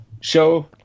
show